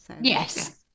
Yes